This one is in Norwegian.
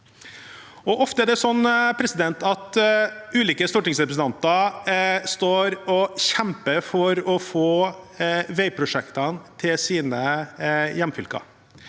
Ofte er det sånn at ulike stortingsrepresentanter står og kjemper for å få veiprosjekter til hjemfylket